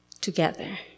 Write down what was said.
together